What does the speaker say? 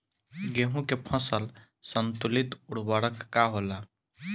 गेहूं के फसल संतुलित उर्वरक का होला?